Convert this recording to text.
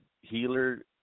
healer